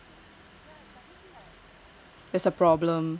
there's a problem